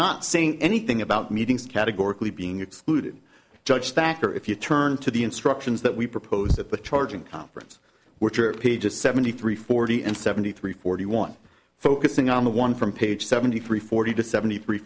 not saying anything about meetings categorically being excluded judge factor if you turn to the instructions that we propose at the charging conference which are pages seventy three forty and seventy three forty one focusing on the one from page seventy three forty to seventy three